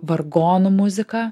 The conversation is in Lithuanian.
vargonų muziką